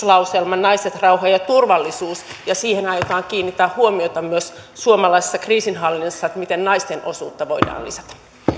lauselma naiset rauha ja turvallisuus ja siihen aiotaan kiinnittää huomiota myös suomalaisessa kriisinhallinnassa miten naisten osuutta voidaan lisätä